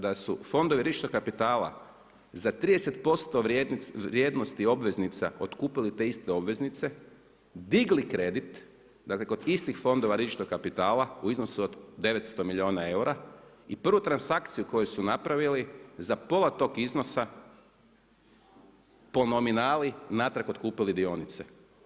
Da su fondovi rizičnog kapitala za 30% vrijednosti obveznica otkupili te iste obveznice, digli kredit, kod istih fondova rizičnog kapitala u iznosu od 900 milijuna eura i prvu transakciju koju su napravili za pola tog iznosa po nominalni natrag otkupili dionice.